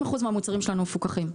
50% מהמוצרים שלנו מפוקחים.